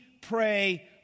pray